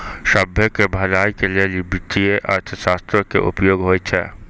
सभ्भे के भलाई के लेली वित्तीय अर्थशास्त्रो के उपयोग होय छै